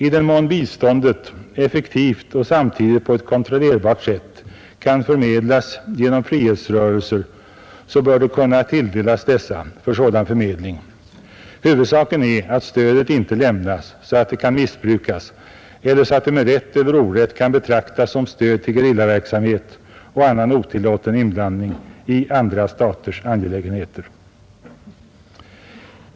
I den mån biståndet effektivt och samtidigt på ett kontrollerbart sätt kan förmedlas genom frihetsrörelserna bör det kunna tilldelas dessa för sådan förmedling. Huvudsaken är att stödet inte lämnas så att det missbrukas eller så att det med rätt eller orätt kan betraktas som stöd åt gerillaverksamhet och annan otillåten inblandning i andras staters angelägenheter.